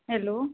hello